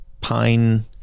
Pine